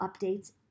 updates